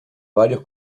varios